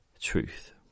truth